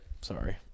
sorry